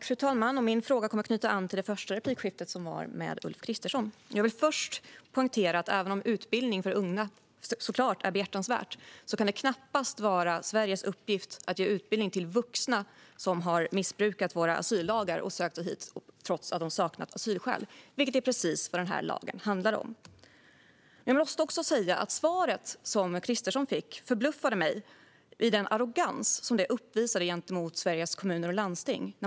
Fru talman! Min fråga kommer att knyta an till det första replikskiftet, som var med Ulf Kristersson. Jag vill först poängtera att även om utbildning för unga såklart är något behjärtansvärt kan det knappast vara Sveriges uppgift att ge utbildning till vuxna som har missbrukat våra asyllagar och sökt sig hit trots att de saknat asylskäl, vilket är precis vad gymnasielagen handlar om. Jag måste också säga att det svar som Kristersson fick förbluffade mig med den arrogans som det uppvisade gentemot Sveriges Kommuner och Landsting.